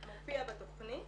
מופיע בתכנית,